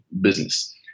business